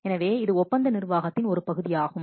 எனவே இது ஒப்பந்த நிர்வாகத்தின் ஒரு பகுதியாகும்